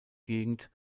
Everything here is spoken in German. gegend